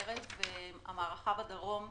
ערב המערכה בדרום,